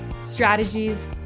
Strategies